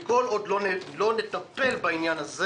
כל עוד לא נטפל בעניין הזה